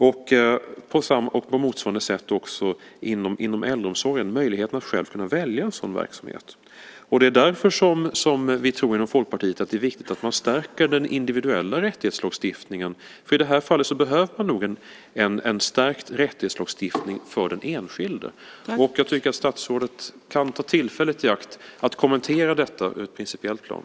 På motsvarande sätt bör man inom äldreomsorgen få möjlighet att välja en sådan verksamhet. Det är därför som vi inom Folkpartiet tror att det är viktigt att stärka den individuella rättighetslagstiftningen. I det här fallet behöver man nog en stärkt rättighetslagstiftning för den enskilde. Jag tycker att statsrådet kan ta tillfället i akt att kommentera detta på ett principiellt plan.